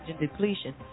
depletion